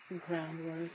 groundwork